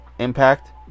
Impact